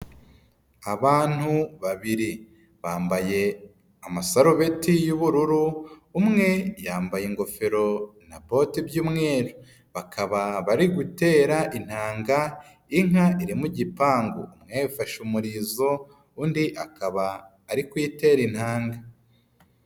Abantu babiri bambaye amasarubeti y'ubururu, umwe yambaye ingofero na boti by'umweru, bakaba bari gutera intanga inka iririmo igipangu. Umwe yafashe umurizo, undi akaba ari kuyitera intade.